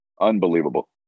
unbelievable